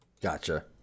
Gotcha